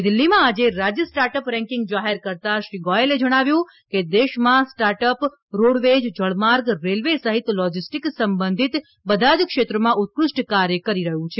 નવી દીલ્હીમાં આજે રાજય સ્ટાર્ટઅપ રેન્કીંગ જાહેર કરતાં શ્રી ગોયલે જણાવ્યું કે દેશમાં સ્ટાર્ટઅપ રોડવેઝ જળમાર્ગ રેલવે સહિત લોજીસ્ટીક સંબંધીત બધા જ ક્ષેત્રોમાં ઉત્કૃષ્ઠ કાર્ય કરી રહ્યું છે